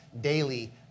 daily